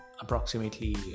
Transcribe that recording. Approximately